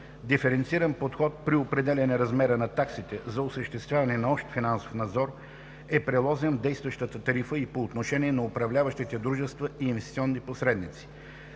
Диференциран подход при определяне размера на таксите за осъществяване на общ финансов надзор е приложен в действащата тарифа и по отношение на управляващите дружества и инвестиционните посредници.